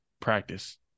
practice